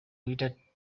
greater